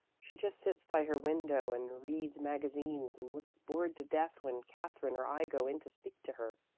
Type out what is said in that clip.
she just sits by her window and reads magazines and looks bored to death when katherine or i go in to speak to her.